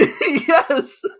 yes